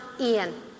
Ian